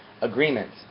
agreements